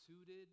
suited